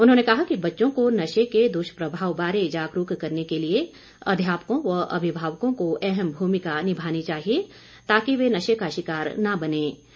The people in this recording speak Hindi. उन्होंने कहा कि बच्चों को नशे के दुष्प्रभाव बारे जागरूक करने के लिए अध्यापकों व अभिभावकों को अहम भूमिका निभानी चाहिए ताकि वे नशे का शिकार न बन सके